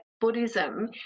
Buddhism